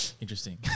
Interesting